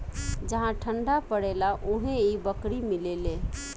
जहा ठंडा परेला उहे इ बकरी मिलेले